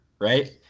right